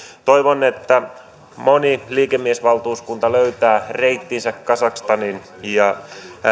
toivon että moni liikemiesvaltuuskunta löytää reittinsä kazakstaniin ja